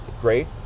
great